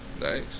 Nice